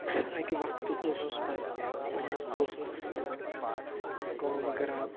اَکہِ وَقتہٕ اوسُس بہٕ پَنٛنِس دوستَس سۭتۍ کٲم کَران